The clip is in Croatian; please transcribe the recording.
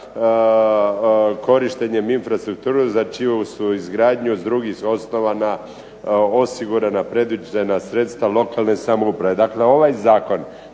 korištenjem infrastrukture za čiju su izgradnju ... su osigurana predviđena sredstva lokalne samouprave. Dakle, ovaj zakon